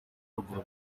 ruguru